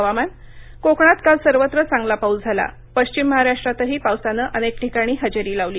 हवामान कोकणात काल सर्वत्र चांगला पाऊस झाला पश्चिम महाराष्ट्रातही पावसानं अनेक ठिकाणी हजेरी लावली